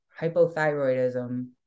hypothyroidism